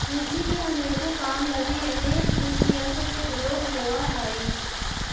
खेती के अनेको काम लगी अनेक कृषियंत्र के प्रयोग होवऽ हई